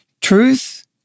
Truth